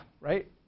right